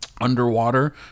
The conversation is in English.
Underwater